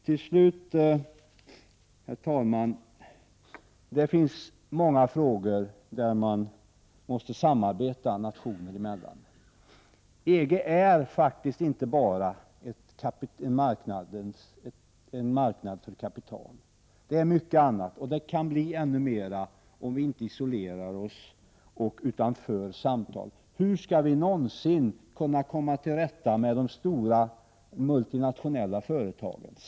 Till slut, herr talman, det finns många frågor där man måste samarbeta nationer emellan. EG är faktiskt inte bara en marknad för kapital, det är mycket annat också, och det kan bli ännu mera om vi inte isolerar oss, utan för samtal. Hur skall vi någonsin kunna komma till rätta med de stora multinationella företagen?